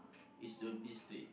it's so this three